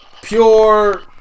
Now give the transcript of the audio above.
Pure